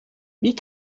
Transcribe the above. wie